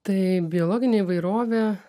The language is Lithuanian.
tai biologinė įvairovė